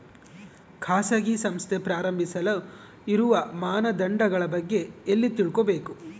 ಖಾಸಗಿ ಸಂಸ್ಥೆ ಪ್ರಾರಂಭಿಸಲು ಇರುವ ಮಾನದಂಡಗಳ ಬಗ್ಗೆ ಎಲ್ಲಿ ತಿಳ್ಕೊಬೇಕು?